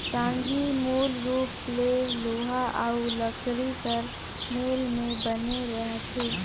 टागी मूल रूप ले लोहा अउ लकरी कर मेल मे बने रहथे